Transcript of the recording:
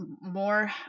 more